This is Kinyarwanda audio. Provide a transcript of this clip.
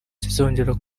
kizongera